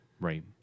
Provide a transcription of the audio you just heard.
Right